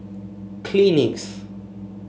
Kleenex